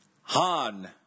Han